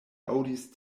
aŭdis